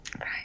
right